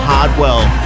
Hardwell